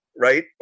right